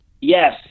Yes